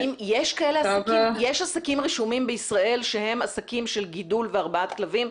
האם יש עסקים בישראל שהם עסקים של גידול והרבעת כלבים?